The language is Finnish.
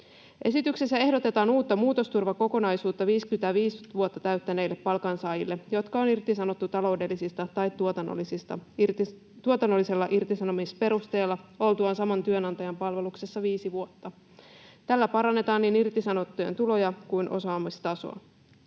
Esityksessä ehdotetaan uutta muutosturvakokonaisuutta 55 vuotta täyttäneille palkansaajille, jotka on irtisanottu taloudellisella tai tuotannollisella irtisanomisperusteella oltuaan saman työnantajan palveluksessa viisi vuotta. Tällä parannetaan niin irtisanottujen tuloja kuin osaamistasoa.